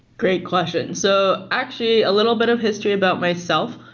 great question. so actually, a little bit of history about myself,